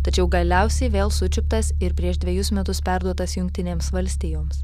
tačiau galiausiai vėl sučiuptas ir prieš dvejus metus perduotas jungtinėms valstijoms